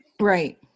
Right